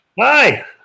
Hi